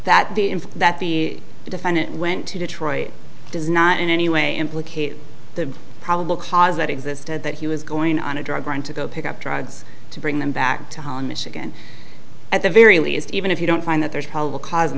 info that the defendant went to detroit does not in any way implicate the probable cause that existed that he was going on a drug run to go pick up drugs to bring them back to holland michigan at the very least even if you don't find that there's probable caus